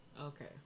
Okay